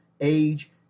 age